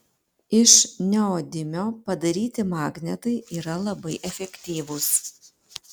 iš neodimio padaryti magnetai yra labai efektyvūs